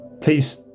Please